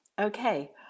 Okay